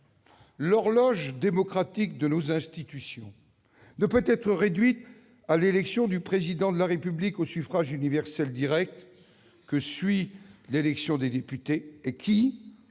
L'« horloge démocratique » de nos institutions ne peut être réduite à l'élection du Président de la République au suffrage universel direct, que suit l'élection des députés,